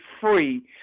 free